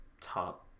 top